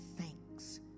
thanks